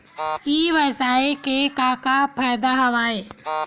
ई व्यवसाय के का का फ़ायदा हवय?